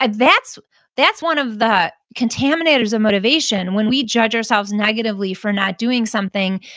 and that's that's one of the contaminators of motivation. when we judge ourselves negatively for not doing something,